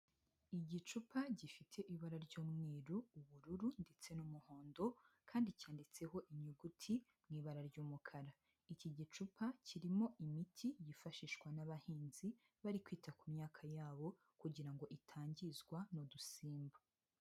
Igicupa gifite ibara ry'umweru, ubururu ndetse n'umuhondo, kandi cyanditseho inyuguti mu ibara ry'umukara, iki gicupa kirimo imiti yifashishwa n'abahinzi, bari kwita ku myaka yabo, kugira ngo itangizwa n'udusimba.